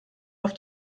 auf